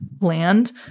land